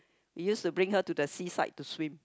we used to bring her to the seaside to swim